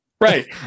Right